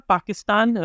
Pakistan